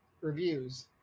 reviews